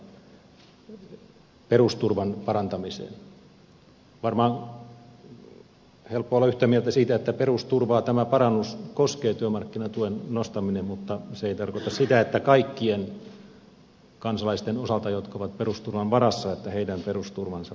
varmaan on helppoa olla yhtä mieltä siitä että perusturvaa tämä parannus koskee työmarkkinatuen nostaminen mutta se ei tarkoita sitä että kaikkien kansalaisten jotka ovat perusturvan varassa perusturva paranisi